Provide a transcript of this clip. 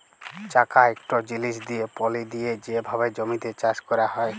চাকা ইকট জিলিস দিঁয়ে পলি দিঁয়ে যে ভাবে জমিতে চাষ ক্যরা হয়